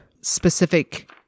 specific